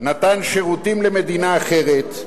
נתן שירותים למדינה אחרת,